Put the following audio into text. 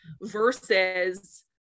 versus